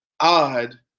odd